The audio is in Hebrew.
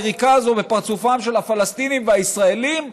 היריקה הזו בפרצופם של הפלסטינים והישראלים,